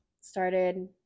started